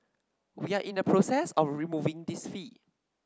we are in the process of removing this fee